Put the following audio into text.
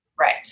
Right